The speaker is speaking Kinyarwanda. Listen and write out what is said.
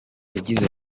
yagize